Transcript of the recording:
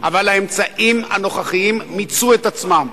אבל האמצעים הנוכחיים מיצו את עצמם.